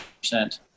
percent